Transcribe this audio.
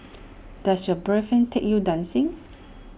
does your boyfriend take you dancing